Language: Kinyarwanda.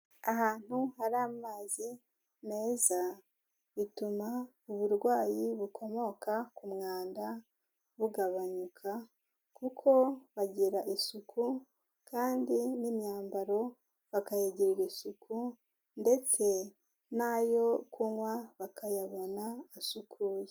Ahantu hari amazi meza bituma uburwayi bukomoka ku mwanda bugabanyuka, kuko bagira isuku kandi n'imyambaro bakayigirira isuku ndetse n'ayo kunywa bakayabona asukuye.